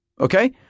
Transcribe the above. Okay